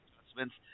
adjustments